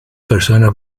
personas